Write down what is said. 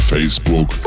Facebook